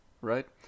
right